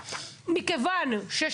מכיוון שכל האירוע התעקם,